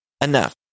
enough